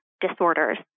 disorders